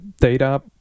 data